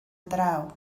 draw